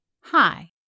Hi